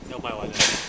要卖完了